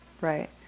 right